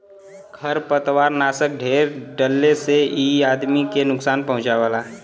खरपतवारनाशक ढेर डलले से इ आदमी के नुकसान पहुँचावला